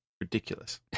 Ridiculous